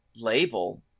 label